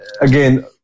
Again